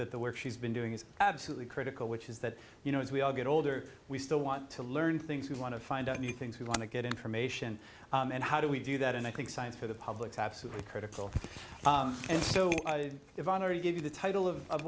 that the work she's been doing is absolutely critical which is that you know as we all get older we still want to learn things we want to find out new things we want to get information and how do we do that and i think science for the public's absolutely critical and so ivana to give you the title of